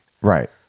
Right